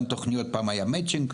גם תוכניות פעם היה מצ'ינג,